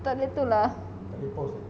takde tu lah